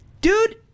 Dude